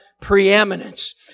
preeminence